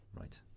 Right